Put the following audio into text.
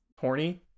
horny